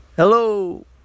Hello